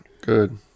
Good